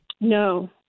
No